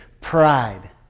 pride